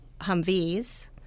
Humvees